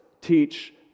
teach